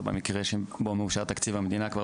או במקרה שבו מאושר תקציב המדינה כבר